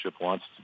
wants